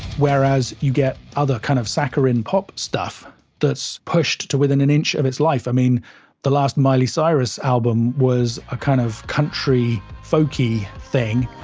whereas you get just other kind of saccharine pop stuff that's pushed to within an inch of its life, i mean the last miley cyrus album was a kind of country, folky thing,